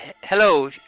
hello